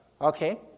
Okay